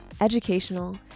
educational